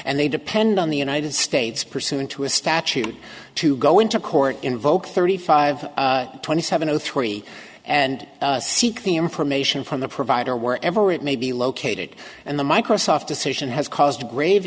and they depend on the united states pursuant to a statute to go into court invoke thirty five twenty seven o three and seek the information from the provider wherever it may be located and the microsoft decision has caused grave